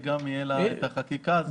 תהיה חקיקה אז אפשר להוסיף גם את זה.